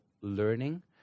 learning